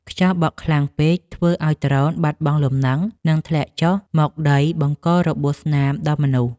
ខ្យល់បក់ខ្លាំងពេកអាចធ្វើឱ្យដ្រូនបាត់បង់លំនឹង និងធ្លាក់ចុះមកដីបង្ករបួសស្នាមដល់មនុស្ស។